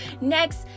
next